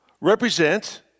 represent